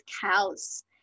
cows